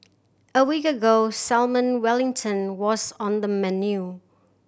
a week ago Salmon Wellington was on the menu